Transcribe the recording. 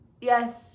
Yes